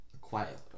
Quiet